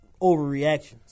overreactions